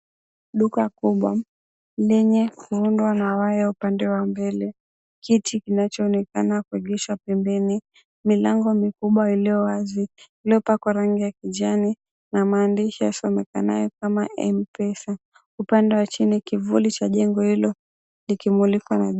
Duka kubwa lenye kuundwa na waya upande wa mbele, kiti kinachoonekana kwa dirisha pembene milango mikubwa iliyo wazi iliyopakwa rangi ya kijani na maandishi yasomekanayo kama Mpesa, upande wa chini kivuli cha jengo hilo likimulika na jua.